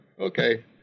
Okay